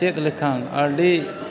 ᱪᱮᱫ ᱞᱮᱠᱷᱟᱱ ᱟᱹᱰᱤ